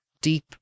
deep